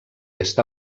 està